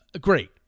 Great